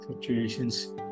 situations